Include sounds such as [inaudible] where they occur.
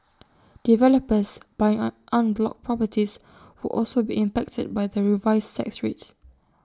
[noise] developers buying en bloc properties would also be impacted by the revised tax rates